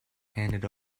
handed